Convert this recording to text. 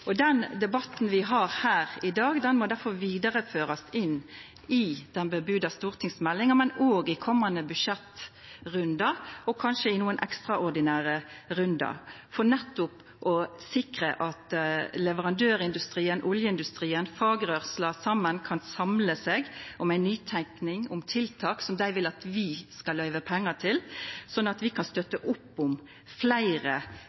med. Den debatten vi har her i dag, må derfor vidareførast inn i den melde stortingsmeldinga, men også i komande budsjettrundar og kanskje også i nokre ekstraordinære rundar, for nettopp å sikra at leverandørindustrien, oljeindustrien, fagrørsla saman kan samla seg om ei nytenking om tiltak som dei vil at vi skal løyva pengar til, slik at vi kan støtta opp om fleire